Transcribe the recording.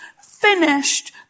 finished